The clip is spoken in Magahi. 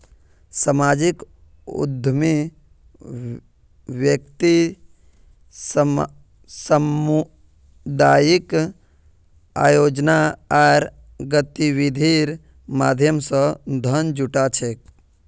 सामाजिक उद्यमी व्यक्ति सामुदायिक आयोजना आर गतिविधिर माध्यम स धन जुटा छेक